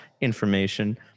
information